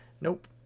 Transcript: nope